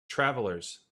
travelers